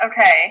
Okay